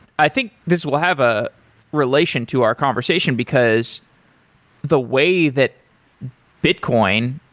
i think this will have a relation to our conversation, because the way that bitcoin,